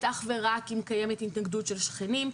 אך ורק אם קיימת התנגדות של שכנים.